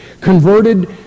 converted